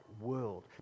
world